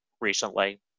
recently